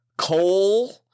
Coal